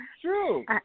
true